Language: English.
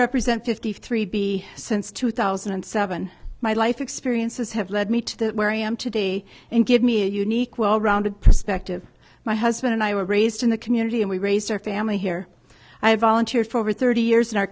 represent fifty three b since two thousand and seven my life experiences have led me to where i am today and give me a unique well rounded perspective my husband and i were raised in the community and we raised our family here i volunteered for over thirty years in our